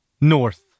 North